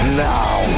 now